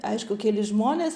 aišku keli žmonės